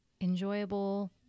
enjoyable